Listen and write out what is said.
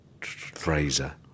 Fraser